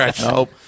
Nope